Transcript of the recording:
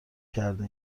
کرده